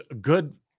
good